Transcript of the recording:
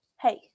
hey